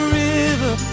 river